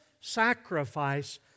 sacrifice